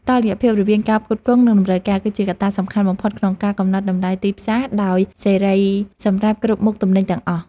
តុល្យភាពរវាងការផ្គត់ផ្គង់និងតម្រូវការ គឺជាកត្តាសំខាន់បំផុតក្នុងការកំណត់តម្លៃទីផ្សារដោយសេរីសម្រាប់គ្រប់មុខទំនិញទាំងអស់។